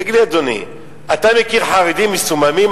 תגיד לי, אדוני, אתה מכיר חרדים מסוממים?